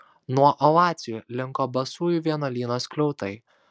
nuo ovacijų linko basųjų vienuolyno skliautai